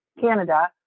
Canada